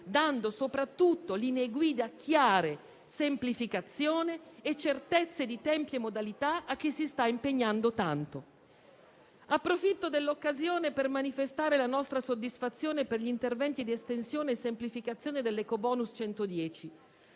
dando soprattutto linee guida chiare, semplificazione e certezze di tempi e modalità a chi si sta impegnando tanto. Approfitto dell'occasione per manifestare la nostra soddisfazione per gli interventi di estensione e semplificazione dell'ecobonus 110